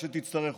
כשתצטרך אותו.